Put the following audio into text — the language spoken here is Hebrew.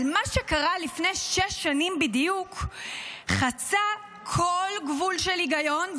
אבל מה שקרה לפני שש שנים בדיוק חצה כל גבול של היגיון,